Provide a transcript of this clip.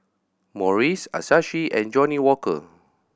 Morries Asahi and Johnnie Walker